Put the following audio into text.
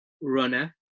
runner